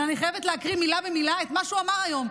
אבל אני חייבת להקריא מילה במילה את מה שהוא אמר היום.